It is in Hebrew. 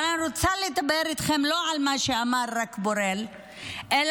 אבל אני רוצה לדבר איתכם לא רק על מה שאמר בורל אלא